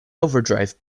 overdrive